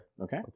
Okay